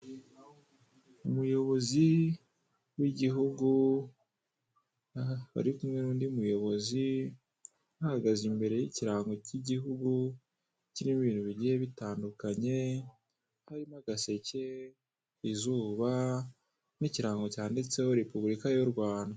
Umuyobozi w'igihugu wari kumwe n'undi muyobozi bahagaze imbere y'ikirango cy'igihugu kirimo ibintu bigiye bitandukanye harimo agaseke, izuba n'ikirango cyanditseho repubulika y' u Rwanda.